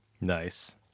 Nice